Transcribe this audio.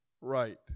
right